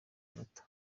manota